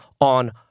on